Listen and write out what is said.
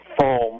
foam